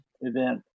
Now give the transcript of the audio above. event